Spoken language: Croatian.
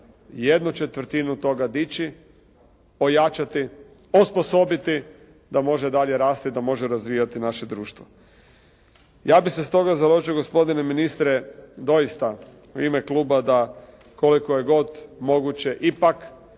jednu četvrtinu toga dići, ojačati, osposobiti, da može dalje rasti, da može razvijati naše društvo. Ja bih se stoga založio gospodine ministre, doista u ime kluba da koliko je god moguće ipak